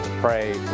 pray